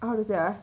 how to say